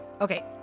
Okay